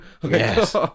Yes